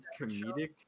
comedic